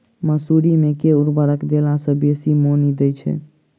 मसूरी मे केँ उर्वरक देला सऽ बेसी मॉनी दइ छै?